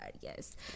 yes